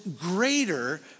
greater